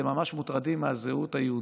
אתם ממש מוטרדים מהזהות היהודית: